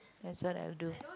that's what I'll do